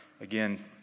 again